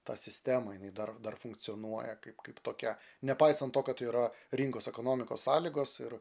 tą sistemą jinai dar dar funkcionuoja kaip kaip tokia nepaisant to kad yra rinkos ekonomikos sąlygos ir